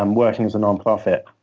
um working as a nonprofit,